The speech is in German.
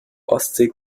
ostsee